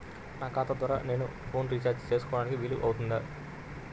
నా ఖాతా ద్వారా నేను ఫోన్ రీఛార్జ్ చేసుకోవడానికి వీలు అవుతుందా?